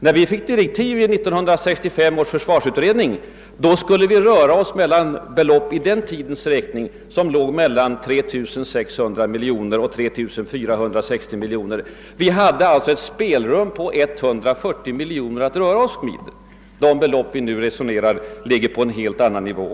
När vi fick direktiv i 1965 års försvarsutredning skulle vi röra oss med belopp som enligt dåvarande beräkningar låg mellan 3460 miljoner och 3 600 miljoner. Vi hade alltså ett spelrum på 140 miljoner att förhandla om. De belopp vi nu resonerar om har en helt annan storleksordning.